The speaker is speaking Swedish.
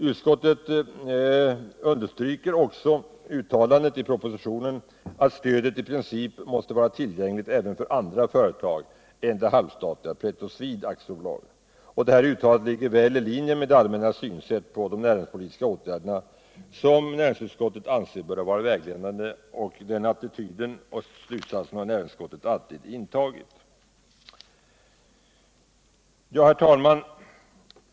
Utskottet understryker också uttalandet i propositionen att stödet i princip måste vara tillgängligt även för andra företag än det halvstatliga Petroswede AB. Detta uttalande ligger väl i linie med det allmänna synsätt på näringspolitiska åtgärder som utskottet anser bör vara vägledande och som utskottet alltid ullämpat. Herr talman!